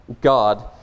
God